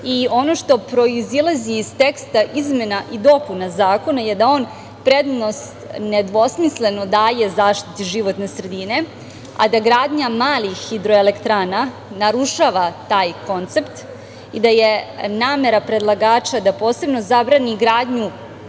i ono što proizilazi iz teksta izmena i dopuna zakona je da on prednost nedvosmisleno daje zaštiti životne sredine, a da gradnja malih hidroelektrana narušava taj koncept i da je namera predlagača da posebno zabrani gradnju